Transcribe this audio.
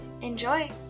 enjoy